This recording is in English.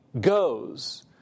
goes